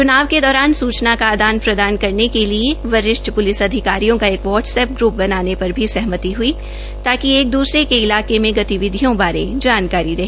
च्नाव के दौरान सूचना का आदान प्रदान करने के लिए वरिष्ठ प्लिस अधिकारियों का एक व्हाट्सएप ग्र्प बनाने पर भी सहमति हुई ताकि एक दूसरे के इलाके में गतिविधियों बारे जानकारी रहे